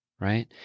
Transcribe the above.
right